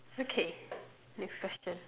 okay next question